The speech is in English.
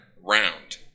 round